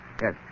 yes